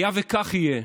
היה וכך יהיה,